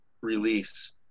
release